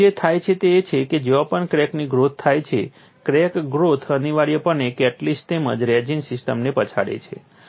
તેથી જે થાય છે તે એ છે કે જ્યાં પણ ક્રેકની ગ્રોથ થાય છે ક્રેક ગ્રોથ અનિવાર્યપણે કેટલિસ્ટ તેમજ રેઝિન સિસ્ટમને પછાડે છે